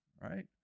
right